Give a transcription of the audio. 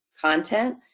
content